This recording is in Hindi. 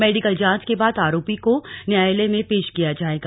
मेडिकल जांच के बाद आरोपी को न्यायालय में पेश किया जायेगा